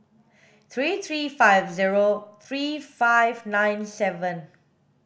three three five zero three five nine seven